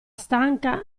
stanca